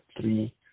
three